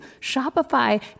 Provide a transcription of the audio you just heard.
Shopify